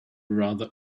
rather